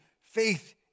faith